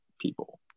people